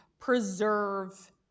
preserve